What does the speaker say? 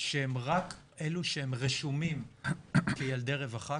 שהם רק אלו שרשומים כילדי רווחה,